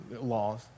laws